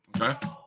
Okay